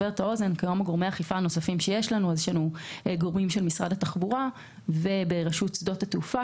גורמי האכיפה הנוספים שיש לנו הם של משרד התחבורה וברשות שדות התעופה,